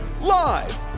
Live